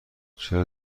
چرا